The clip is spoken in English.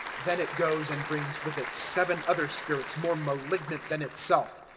then it goes and brings with it seven other spirits more malignant than itself,